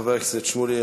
חבר הכנסת שמולי,